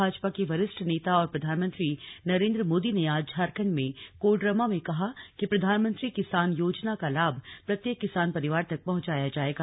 भाजपा के वरिष्ठ नेता और प्रधानमंत्री नरेन्द्र मोदी ने आज झारखंड में कोडरमा में कहा कि प्रधानमंत्री किसान योजना का लाभ प्रत्येक किसान परिवार तक पहुंचाया जायेगा